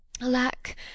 Alack